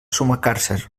sumacàrcer